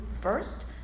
first